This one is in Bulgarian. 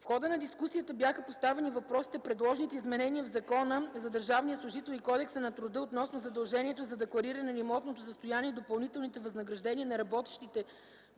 В хода на дискусията бяха поставени въпросите – предложените изменения в Закона за държавния служител и Кодекса на труда относно задължението за деклариране на имотното състояние и допълнителните възнаграждения на работещите